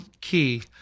key